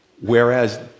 Whereas